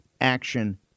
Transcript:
action